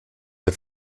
der